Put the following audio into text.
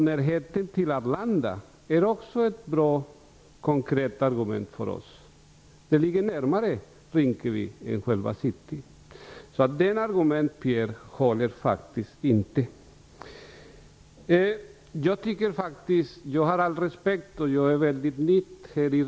Närheten till Arlanda är också ett bra konkret argument för oss. Arlanda ligger närmare Rinkeby än själva city. Jag har all respekt för riksdagen, och jag är ny här.